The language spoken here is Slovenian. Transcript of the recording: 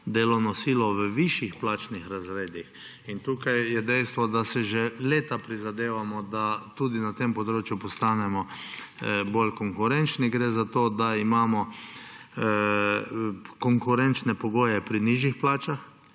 delovno silo v višjih plačnih razredih. In tukaj je dejstvo, da si že leta prizadevamo, da tudi na tem področju postanemo bolj konkurenčni. Gre za to, da imamo konkurenčne pogoje pri nižjih plačah,